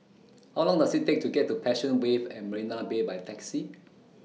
How Long Does IT Take to get to Passion Wave At Marina Bay By Taxi